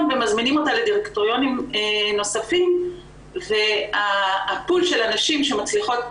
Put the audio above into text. ומזמינים אותה לדירקטוריונים נוספים והפול של הנשים שמצליחות